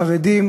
החרדים,